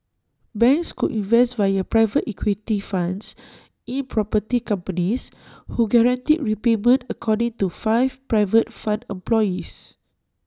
banks could invest via private equity funds in property companies who guaranteed repayment according to five private fund employees